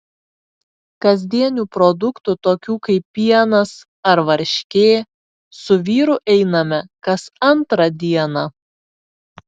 kasdienių produktų tokių kaip pienas ar varškė su vyru einame kas antrą dieną